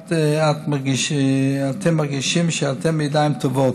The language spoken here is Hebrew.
האם אתם מרגישים שאתם בידיים טובות?